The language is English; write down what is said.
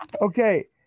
Okay